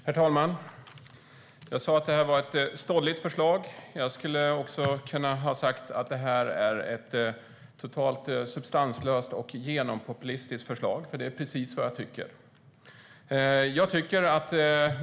Herr talman! Jag sa att det här är ett stolligt förslag. Jag hade också kunnat säga att det är ett totalt substanslöst och genompopulistiskt förslag. Det är precis vad jag tycker.